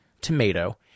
Tomato